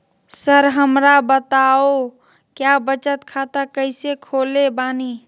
Sir हमरा बताओ क्या बचत खाता कैसे खोले बानी?